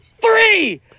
Three